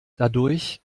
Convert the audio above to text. dadurch